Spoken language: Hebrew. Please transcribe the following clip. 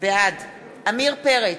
בעד עמיר פרץ,